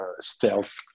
stealth